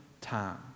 time